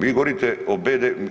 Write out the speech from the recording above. Vi govorite o,